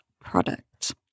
product